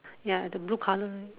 ya the blue colour